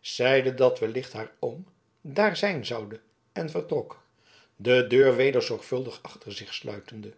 zeide dat wellicht haar oom daar zijn zoude en vertrok de deur weder zorgvuldig achter zich sluitende